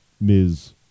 Ms